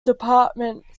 department